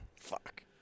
Fuck